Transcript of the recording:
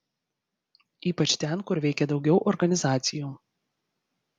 ypač ten kur veikė daugiau organizacijų